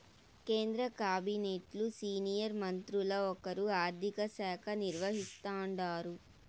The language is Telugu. కేంద్ర కాబినెట్లు సీనియర్ మంత్రుల్ల ఒకరు ఆర్థిక శాఖ నిర్వహిస్తాండారు